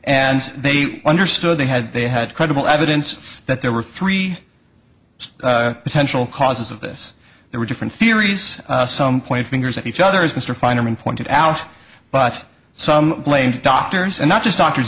and they understood they had they had credible evidence that there were three potential causes of this there are different theories some point fingers at each other as mr feinerman pointed out but some blame doctors and not just doctors